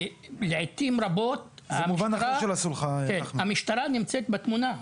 ולעיתים רבות המשטרה נמצאת בתמונה.